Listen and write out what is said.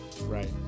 Right